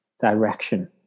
direction